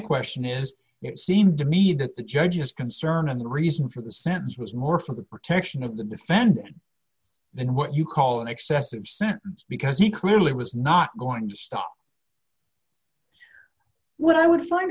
question is it seemed to me that the judge's concern and the reason for the sentence was more for the protection of the defendant than what you call an excessive sentence because he clearly was not going to stop what i would find